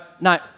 no